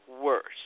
worse